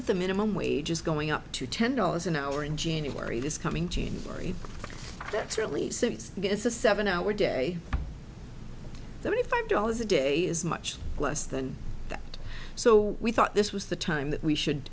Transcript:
the the minimum wage is going up to ten dollars an hour in january this coming jean marie that certainly since it's a seven hour day thirty five dollars a day is much less than that so we thought this was the time that we should